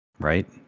right